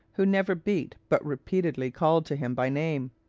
who never beat, but repeatedly called to him by name.